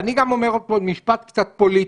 ואני גם אומר פה עוד משפט קצת פוליטי.